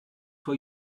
for